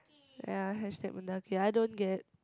ya hashtag Mendaki I don't get